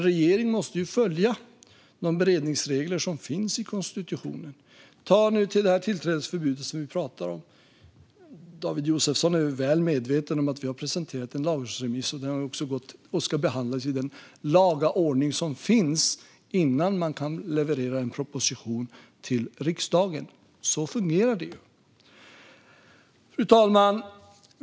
Regeringen måste dock följa de beredningsregler som finns i konstitutionen till exempel när det gäller det tillträdesförbud som vi pratar om. David Josefsson är väl medveten om att vi har presenterat en lagrådsremiss som ska behandlas i laga ordning innan vi kan leverera en proposition till riksdagen. Så fungerar det. Fru talman!